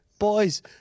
boys